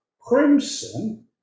crimson